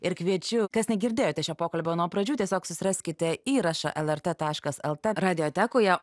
ir kviečiu kas negirdėjote šio pokalbio nuo pradžių tiesiog susiraskite įrašą lrt taškas lt radiotekoje